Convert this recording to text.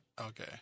Okay